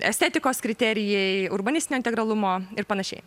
estetikos kriterijai urbanistinio integralumo ir panašiai